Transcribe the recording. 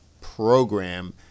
program